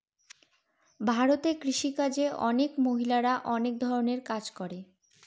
ভারতে কৃষি কাজে অনেক মহিলারা অনেক ধরনের কাজ করে